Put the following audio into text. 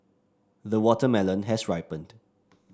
the watermelon has ripened